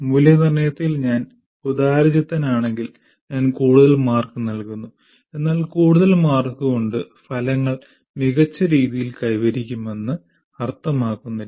മൂല്യനിർണ്ണയത്തിൽ ഞാൻ ഉദാരചിത്തനാണെങ്കിൽ ഞാൻ കൂടുതൽ മാർക്ക് നൽകുന്നു എന്നാൽ കൂടുതൽ മാർക്ക് കൊണ്ട് ഫലങ്ങൾ മികച്ച രീതിയിൽ കൈവരിക്കുമെന്ന് അർത്ഥമാക്കുന്നില്ല